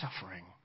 suffering